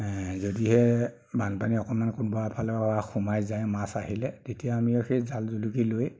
যদিহে বানপানী অকণমান কোনোবা এফালৰপৰা সোমাই যায় মাছ আহিলে তেতিয়া আমি আৰু সেই জাল জুলুকি লৈ